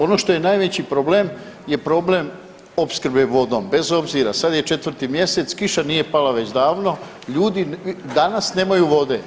Ono što je najveći problem je problem opskrbe vodom bez obzira, sad je 4. mj., kiša nije pala već davno, ljudi danas nemaju vode.